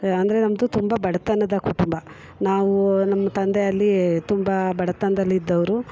ಅಂದರೆ ನಮ್ಮದು ತುಂಬ ಬಡತನದ ಕುಟುಂಬ ನಾವು ನಮ್ಮ ತಂದೆ ಅಲ್ಲಿ ತುಂಬ ಬಡತನ್ದಲ್ಲಿ ಇದ್ದವರು